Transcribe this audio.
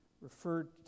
referred